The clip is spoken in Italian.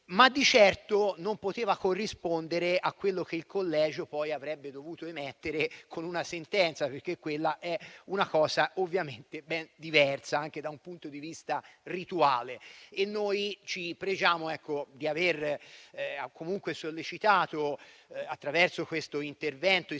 ma di certo non poteva corrispondere a quello che il collegio avrebbe poi dovuto emettere con una sentenza, perché quella è una cosa ben diversa anche dal punto di vista rituale. Noi ci pregiamo di aver sollecitato, attraverso questo intervento ispettivo, la